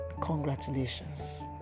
Congratulations